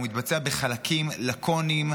הוא מתבצע בחלקים לקוניים,